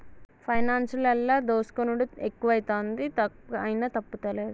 పైనాన్సులల్ల దోసుకునుడు ఎక్కువైతంది, అయినా తప్పుతలేదు